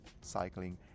cycling